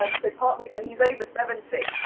um so part me, and he's over seventy,